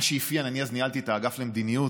אני אז ניהלתי את האגף למדיניות,